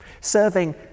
Serving